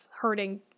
hurting